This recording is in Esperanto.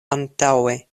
antaŭe